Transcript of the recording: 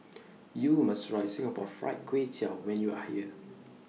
YOU must Try Singapore Fried Kway Tiao when YOU Are here